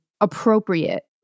appropriate